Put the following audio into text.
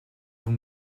vous